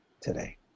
today